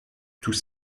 tous